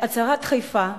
להצהרת חיפה,